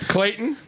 Clayton